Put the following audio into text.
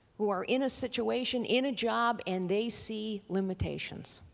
who are in a situation, in a job and they see limitations,